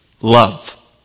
love